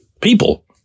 people